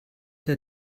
der